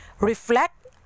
reflect